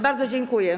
Bardzo dziękuję.